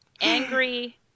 angry